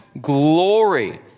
glory